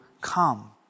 come